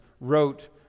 wrote